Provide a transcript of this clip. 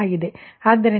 ಆದ್ದರಿಂದ 89